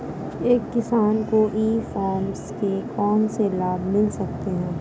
एक किसान को ई कॉमर्स के कौनसे लाभ मिल सकते हैं?